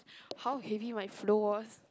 how heavy my flow was